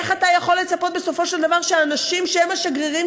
איך אתה יכול לצפות בסופו של דבר שהאנשים שהם השגרירים